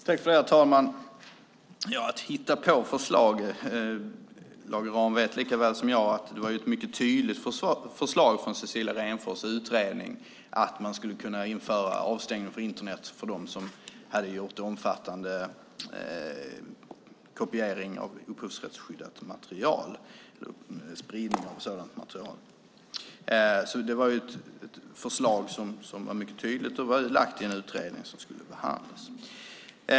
Herr talman! När det gäller att hitta på förslag vet Lage Rahm lika väl som jag att det var ett mycket tydligt förslag från Cecilia Renfors utredning att man skulle kunna införa avstängning från Internet för dem som hade ägnat sig åt omfattande kopiering och spridning av upphovsrättsskyddat material. Det var alltså ett förslag som var mycket tydligt och framlagt i en utredning som skulle behandlas.